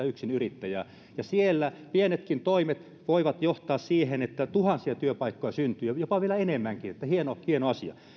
yksinyrittäjää ja siellä pienetkin toimet voivat johtaa siihen että tuhansia työpaikkoja syntyy jopa vielä enemmänkin niin että hieno hieno asia